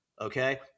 okay